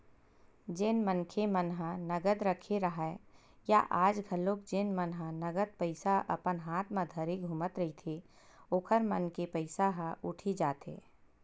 जेन मनखे मन ह नगद रखे राहय या आज घलोक जेन मन ह नगद पइसा अपन हात म धरे घूमत रहिथे ओखर मन के पइसा ह उठी जाथे